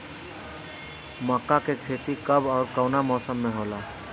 मका के खेती कब ओर कवना मौसम में होला?